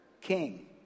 king